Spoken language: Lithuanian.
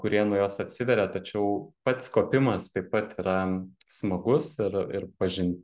kurie nuo jos atsiveria tačiau pats kopimas taip pat yra smagus ir ir pažin